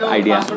idea